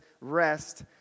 rest